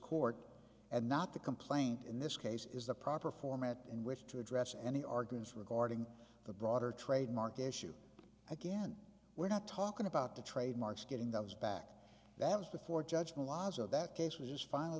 court and not the complaint in this case is the proper format in which to address any arguments regarding the broader trademark issue again we're not talking about the trademarks getting those back that was before judge mulatto that case was his final